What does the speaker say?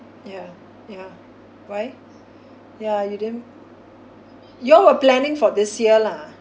yeah yeah why yeah you didn't you all were planning for this year lah